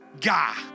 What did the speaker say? guy